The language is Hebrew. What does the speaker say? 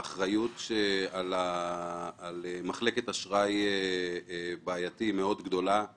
האחריות שמוטלת על מחלקת אשראי בעייתי גדולה מאוד